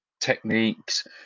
techniques